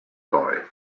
boy